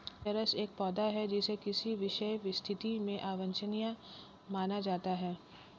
चरस एक पौधा है जिसे किसी विशेष स्थिति में अवांछनीय माना जाता है